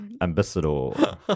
ambassador